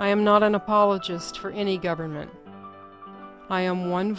i am not an apologist for any government i am one